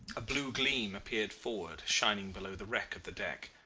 a blue gleam appeared forward, shining below the wreck of the deck.